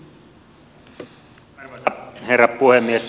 arvoisa herra puhemies